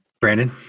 Brandon